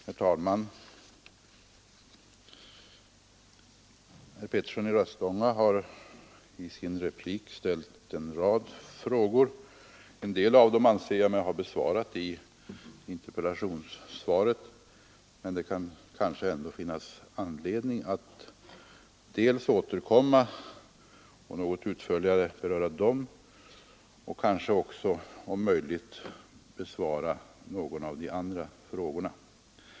Herr talman! Herr Petersson i Röstånga har i sitt anförande ställt en rad frågor. En del av dem anser jag mig ha besvarat i interpellationssvaret, men det kan måhända ändå finnas anledning att återkomma och något ytterligare beröra dem samt om möjligt även besvara någon av de andra frågorna.